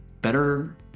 better